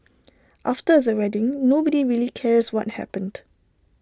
after the wedding nobody really cares what happened